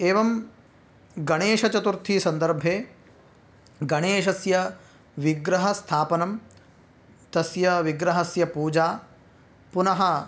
एवं गणेशचतुर्थी सन्दर्भे गणेशस्य विग्रहस्थापनं तस्य विग्रहस्य पूजा पुनः